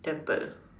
temple